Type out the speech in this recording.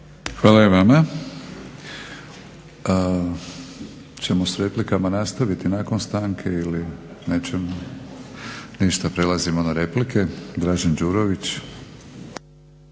Hvala i vama. Hoćemo s replikama nastaviti nakon stanke ili? Nećemo. Ništa, prelazimo na replike. Dražen Đurović.